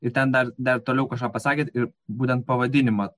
ir ten dar dar toliau kažką pasakėt ir būtent pavadinimą